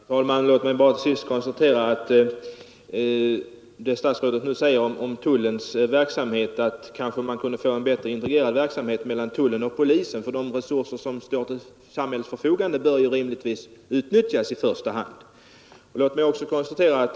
Herr talman! Låt mig till sist, eftersom statsrådet nu talar om tullens verksamhet, konstatera att man kanske kunde få en bättre integration av tullens och polisens verksamhet. De resurser som står till samhällets förfogande bör rimligtvis i första hand utnyttjas.